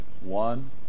one